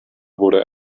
wurde